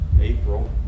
April